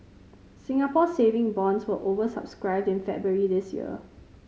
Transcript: Singapore Saving Bonds were over subscribed in February this year